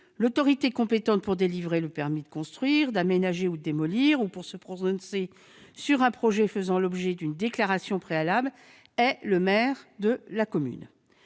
l'autorité compétente pour délivrer le permis de construire, d'aménager ou de démolir et pour se prononcer sur un projet faisant l'objet d'une déclaration préalable est [...] le maire, au nom de la commune